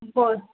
बरं